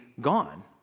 gone